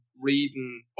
reading